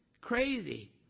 Crazy